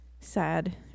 sad